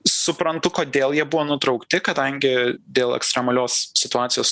suprantu kodėl jie buvo nutraukti kadangi dėl ekstremalios situacijos